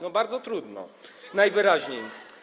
No, bardzo trudno najwyraźniej.